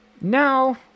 Now